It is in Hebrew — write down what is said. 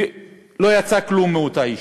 ולא יצא כלום מאותה ישיבה.